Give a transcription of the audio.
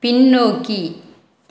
பின்னோக்கி